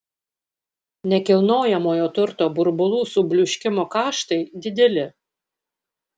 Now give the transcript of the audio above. nekilnojamojo turto burbulų subliūškimo kaštai dideli